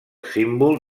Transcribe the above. símbol